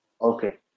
Okay